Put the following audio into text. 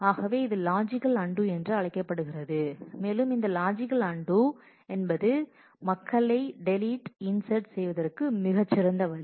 ஆகவே இது logical undo என்று அழைக்கப்படுகிறது மேலும் இந்த லாஜிக்கல் அன்டூ என்பது மக்களை டெலிட் இன்சட் செய்வதற்கு மிகச் சிறந்த வழி